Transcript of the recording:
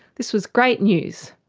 this was great news.